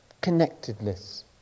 connectedness